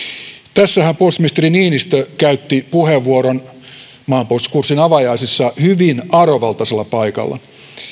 tästähän puolustusministeri niinistö käytti maanpuolustuskurssin avajaisissa hyvin arvovaltaisella paikalla puheenvuoron